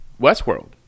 Westworld